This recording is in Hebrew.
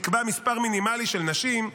נקבע מספר מינימלי של נשים,